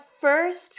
first